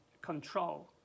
control